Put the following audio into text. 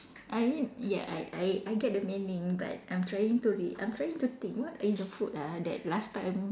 I mean ya I I I get the main thing but I'm trying to re~ I'm trying to think what is the food ah that last time